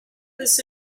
this